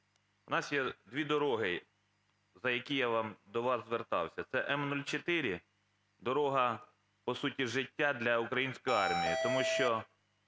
У нас є дві дороги, за які я до вас звертався. Це М-04, дорога, по суті, життя для української армії, тому що